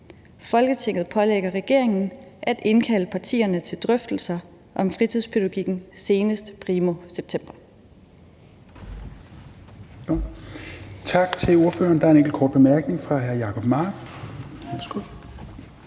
Folketinget pålægger regeringen at indkalde partierne til drøftelser om fritidspædagogikken senest primo september.«